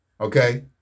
Okay